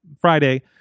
Friday